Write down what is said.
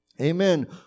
amen